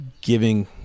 giving